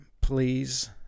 please